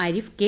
Arif K